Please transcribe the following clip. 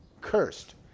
cursed